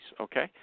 okay